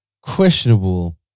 Questionable